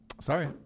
Sorry